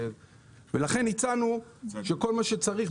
לכן הצענו שכל מה שצריך,